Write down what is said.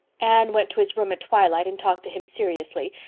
anne went to his room at twilight and talked to him seriously.